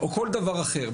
או כל דבר אחר,